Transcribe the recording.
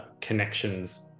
connections